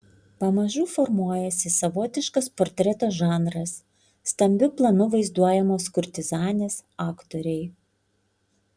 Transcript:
pamažu formuojasi savotiškas portreto žanras stambiu planu vaizduojamos kurtizanės aktoriai